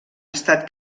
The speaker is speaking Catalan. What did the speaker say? estat